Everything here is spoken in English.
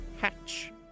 Hatch